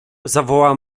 zawołała